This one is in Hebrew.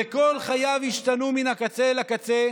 וכל חייו השתנו מן הקצה אל הקצה